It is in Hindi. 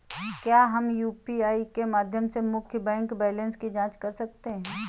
क्या हम यू.पी.आई के माध्यम से मुख्य बैंक बैलेंस की जाँच कर सकते हैं?